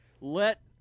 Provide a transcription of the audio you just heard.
let